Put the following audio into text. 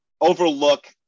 overlook